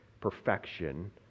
perfection